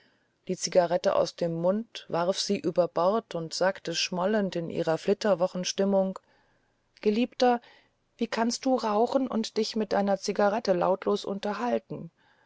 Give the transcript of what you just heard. die zigarette aus dem mund warf sie über bord und sagte schmollend in ihrer flitterwochenstimmung geliebter wie kannst du rauchen und dich mit deiner zigarette lautlos unterhalten